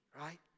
right